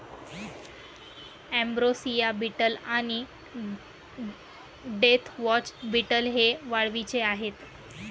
ambrosia beetle आणि deathwatch beetle हे वाळवीचे आहेत